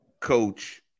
coach